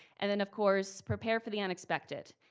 and then of course, prepare for the unexpected.